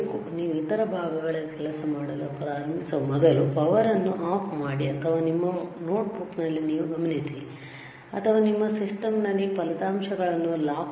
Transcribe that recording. ನೀವು ಇತರ ಭಾಗಗಳಲ್ಲಿ ಕೆಲಸ ಮಾಡಲು ಪ್ರಾರಂಭಿಸುವ ಮೊದಲು ಪವರ್ ಅನ್ನು ಆಫ್ ಮಾಡಿ ಅಥವಾ ನಿಮ್ಮ ನೋಟ್ಬುಕ್ನಲ್ಲಿ ನೀವು ಗಮನಿಸಿ ಅಥವಾ ನಿಮ್ಮ ಸಿಸ್ಟಂನಲ್ಲಿ ಫಲಿತಾಂಶಗಳನ್ನು ಲಾಕ್ ಮಾಡಿ